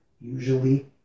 usually